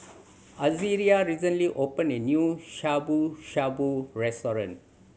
Azaria recently opened a new Shabu Shabu Restaurant